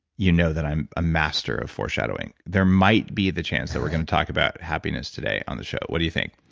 you know that i'm a master of foreshadowing there might be the chance that we're gonna talk about happiness today on the show what do you think?